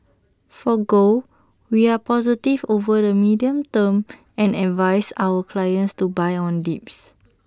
for gold we are positive over the medium term and advise our clients to buy on dips